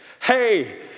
Hey